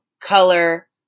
color